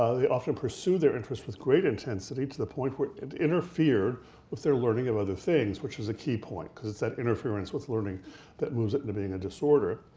ah they often pursued their interest with great intensity to the point where it interfered with their learning of other things, which is a key point, cause it's that interference with learning that moves it to and being a disorder.